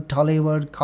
Tollywood